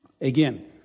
Again